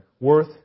worth